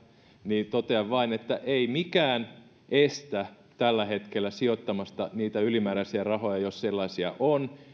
niin totean vain että ei mikään estä tällä hetkellä sijoittamasta niitä ylimääräisiä rahoja jos sellaisia on